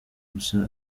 gusa